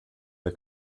der